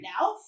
now